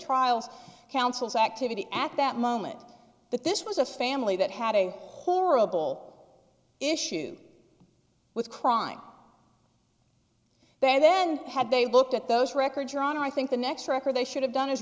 trials counsel's activity at that moment that this was a family that had a horrible issue with crime they then had they looked at those records your honor i think the next record they should have done is